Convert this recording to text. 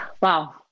Wow